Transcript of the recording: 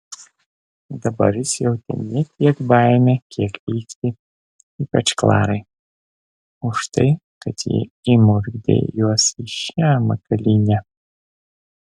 dabar jis jautė ne tiek baimę kiek pyktį ypač klarai už tai kad ji įmurkdė juos į šią makalynę